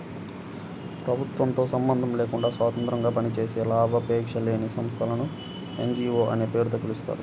ప్రభుత్వంతో సంబంధం లేకుండా స్వతంత్రంగా పనిచేసే లాభాపేక్ష లేని సంస్థలను ఎన్.జీ.వో లనే పేరుతో పిలుస్తారు